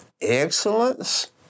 excellence